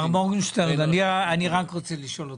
מר מורגנשטרן, אני רק רוצה לשאול אותך.